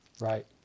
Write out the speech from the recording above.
Right